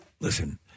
listen